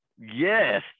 Yes